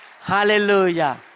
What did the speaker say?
Hallelujah